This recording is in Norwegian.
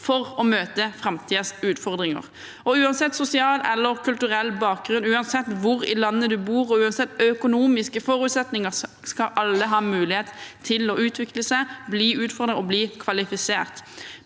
for å møte framtidens utfordringer. Uansett sosial eller kulturell bakgrunn, uansett hvor i landet man bor, og uansett økonomiske forutsetninger skal alle ha mulighet til å utvikle seg, bli utfordret og bli kvalifisert.